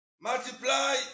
multiply